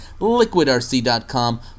LiquidRC.com